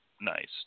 nice